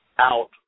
out